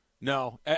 No